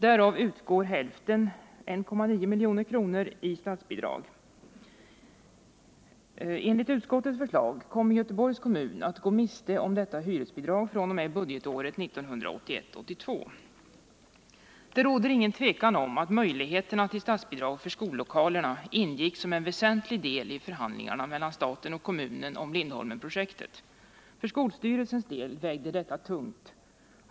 Därav utgår hälften, 1,9 milj.kr., i statsbidrag. Enligt utskottets förslag kommer Göteborgs kommun att gå miste om detta hyresbidrag fr.o.m. budgetåret 1981/82. Det råder inget tvivel om att möjligheterna till statsbidrag för skollokalerna ingick som en väsentlig del i förhandlingarna mellan staten och kommunen om Lindholmenprojektet. För skolstyrelsens del vägde detta tungt.